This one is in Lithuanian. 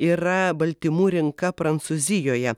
yra baltymų rinka prancūzijoje